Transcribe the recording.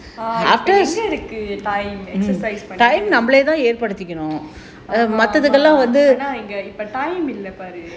எங்க இருக்கு இல்ல பாரு:enga irukku illa paaru